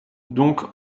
donc